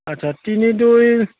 আচ্ছা তিনি দুই